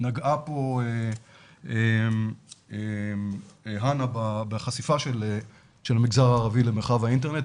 נגעה פה האמה בחשיפה של המגזר הערבי למרחב האינטרנט.